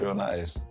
so nice.